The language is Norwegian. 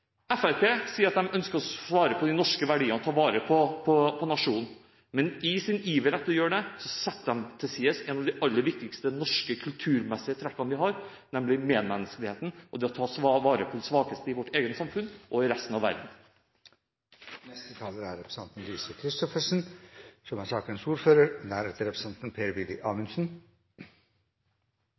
Fremskrittspartiet sier at de ønsker å ta vare på de norske verdiene og ta vare på nasjonen, men i sin iver etter å gjøre det setter de til side et av de aller viktigste trekkene ved norsk kultur, nemlig medmenneskeligheten og det å ta vare på de svakeste i vårt eget samfunn og i resten av verden. Det gjelder den diskusjonen som representanten Tybring-Gjedde nok engang dro opp, nemlig om de tallene som